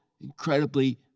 incredibly